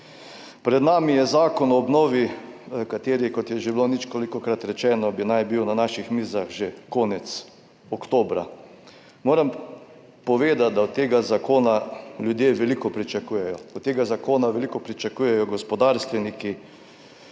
Pred nami je Zakon o obnovi, kateri, kot je že bilo ničkolikokrat rečeno, bi naj bil na naših mizah že konec oktobra. Moram povedati, da od tega zakona ljudje veliko pričakujejo. Od tega zakona veliko pričakujejo gospodarstveniki.